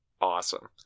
Awesome